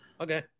Okay